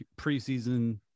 preseason